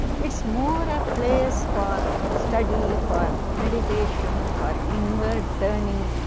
it's more a place for study, for meditation, for inward turning,